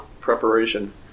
preparation